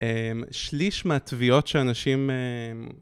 שליש מהתביעות שאנשים